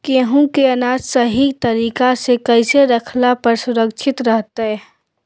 गेहूं के अनाज सही तरीका से कैसे रखला पर सुरक्षित रहतय?